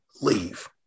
leave